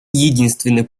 единственный